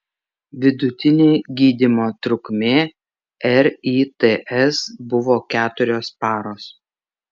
vidutinė gydymo trukmė rits buvo keturios paros